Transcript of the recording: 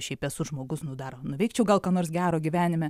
šiaip esu žmogus nu dar nuveikčiau gal ką nors gero gyvenime